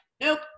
nope